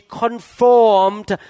conformed